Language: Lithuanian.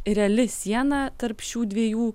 reali siena tarp šių dviejų